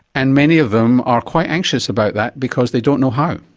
and many of them are quite anxious about that because they don't know how.